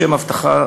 לשם הבטחת